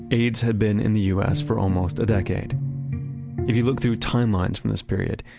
aids had been in the us for almost a decade. if you look through time-lines from this period,